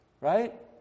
right